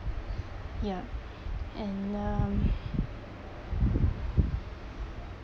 ya and um